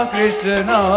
Krishna